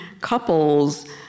couples